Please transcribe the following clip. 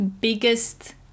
biggest